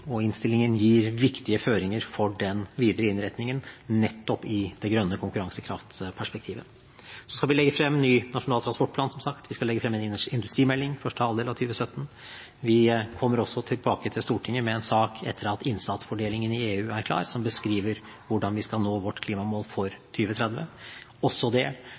og innstillingen gir viktige føringer for den videre innretningen nettopp i det grønne konkurransekraftperspektivet. Vi skal som sagt legge frem ny nasjonal transportplan, vi skal legge frem en industrimelding i første halvdel av 2017, vi kommer også tilbake til Stortinget med en sak etter at innsatsfordelingen i EU er klar, som beskriver hvordan vi skal nå vårt klimamål for 2030. Også det